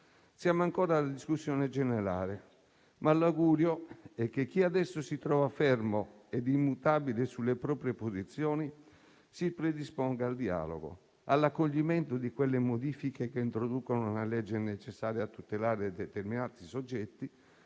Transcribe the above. Siamo ancora alla discussione generale, ma l'augurio è che chi adesso si trova fermo ed immutabile sulle proprie posizioni si predisponga al dialogo, all'accoglimento di quelle modifiche che introducano una legge necessaria a tutelare determinati soggetti,